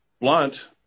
blunt